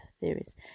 theories